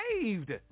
saved